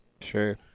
Sure